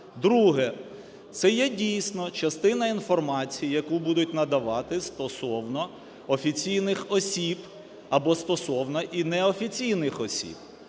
Друге. Це є дійсно частина інформації, яку будуть надавати стосовно офіційних осіб або стосовно і неофіційних осіб.